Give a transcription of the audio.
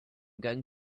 going